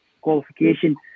qualification